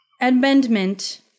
Amendment